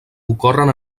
ocorren